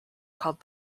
called